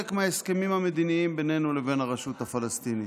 מההסכמים המדיניים בינינו לבין הרשות הפלסטינית.